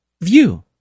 view